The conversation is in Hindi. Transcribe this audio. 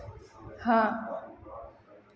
हाँ